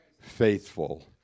faithful